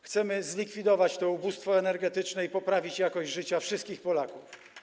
Chcemy zlikwidować to ubóstwo energetyczne i poprawić jakość życia wszystkich Polaków.